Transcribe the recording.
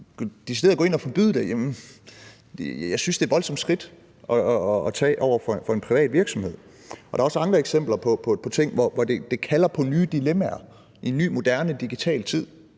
decideret gå ind at forbyde det? Jeg synes, det er et voldsomt skridt at tage over for en privat virksomhed. Der er også andre eksempler på ting, hvor det kalder på nye dilemmaer i en ny moderne digital tid